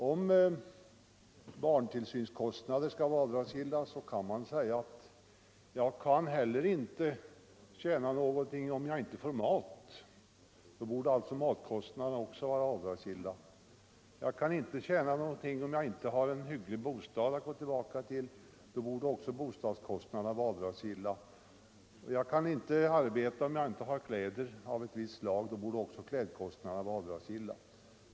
Om barntillsynskostnader skall vara avdragsgilla kan man säga: Jag kan heller inte tjäna någonting, om jag inte får mat — då borde alltså matkostnaderna också vara avdragsgilla. Jag kan inte tjäna någonting, om jag inte har en hygglig bostad att gå hem till — då borde också bostadskostnaderna vara avdragsgilla. Jag kan inte arbeta, om jag inte har kläder av ett visst slag — då borde också klädkostnader vara avdragsgilla.